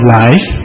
life